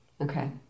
Okay